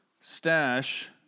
Stash